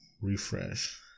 refresh